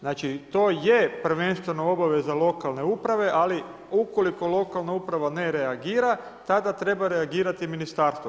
Znači to je prvenstveno obveza lokalne uprave, ali ukoliko lokalna uprava ne reagira tada treba reagirati ministarstvo.